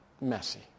messy